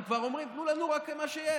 הם כבר אומרים: תנו לנו רק מה שיש.